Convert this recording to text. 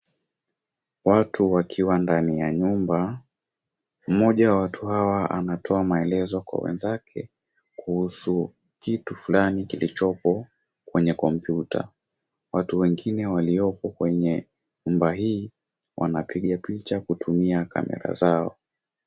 Watu wakiwa ndani ya nyumba. Mmoja wa watu hawa anatoa maelezo kwa wenzake kuhusu kitu fulani kilichoko kwenye kompyuta. Watu wengine walioko kwenye nyumba hii wanapiga picha kutumia kamera zao.